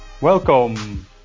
Welcome